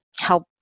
help